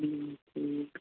हाँ ठीक